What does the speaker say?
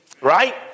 Right